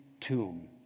tomb